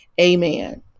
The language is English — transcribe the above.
Amen